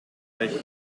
weg